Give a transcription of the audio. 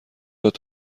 داد